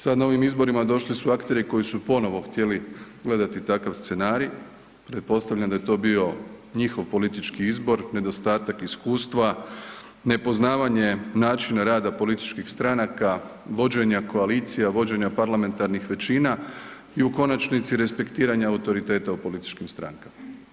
Sada na ovim izborima došli su akteri koji su ponovo htjeli gledati takav scenarij, pretpostavljam da je to bio njihov politički izbor, nedostatak iskustva, nepoznavanje načina rada političkih stranaka, vođenja koalicija, vođenja parlamentarnih većina i u konačnici respektiranja autoriteta u političkim strankama.